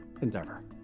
Endeavor